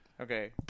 okay